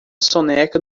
soneca